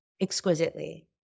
exquisitely